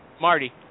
Marty